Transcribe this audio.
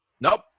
Nope